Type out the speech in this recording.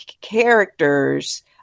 characters